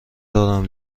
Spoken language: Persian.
دارم